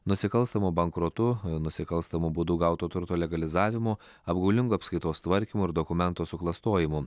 nusikalstamu bankrotu nusikalstamu būdu gauto turto legalizavimu apgaulingu apskaitos tvarkymu ir dokumentų suklastojimu